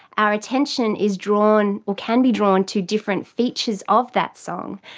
our attention is drawn or can be drawn to different features of that song.